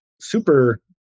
super